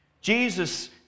Jesus